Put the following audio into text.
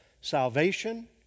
salvation